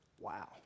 Wow